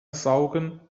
saugen